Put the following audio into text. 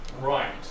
Right